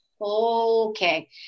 okay